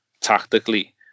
tactically